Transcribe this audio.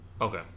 Okay